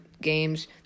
games